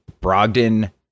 Brogdon